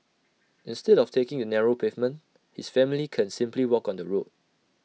instead of taking the narrow pavement his family can simply walk on the road